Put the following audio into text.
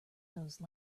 those